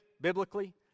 biblically